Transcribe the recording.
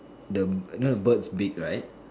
the you know the bird's beak right